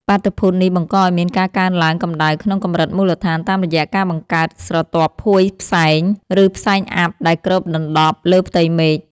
បាតុភូតនេះបង្កឱ្យមានការកើនឡើងកម្ដៅក្នុងកម្រិតមូលដ្ឋានតាមរយៈការបង្កើត ស្រទាប់ភួយផ្សែង ឬផ្សែងអ័ព្ទ ដែលគ្របដណ្ដប់លើផ្ទៃមេឃ។